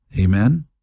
Amen